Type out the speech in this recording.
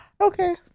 Okay